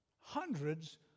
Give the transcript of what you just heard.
hundreds